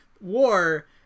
war